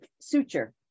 suture